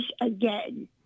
again